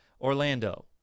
orlando